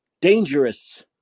dangerous